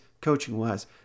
coaching-wise